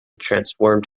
transformed